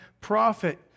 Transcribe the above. prophet